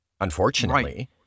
unfortunately